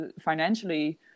financially